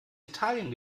italien